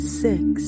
six